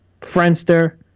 Friendster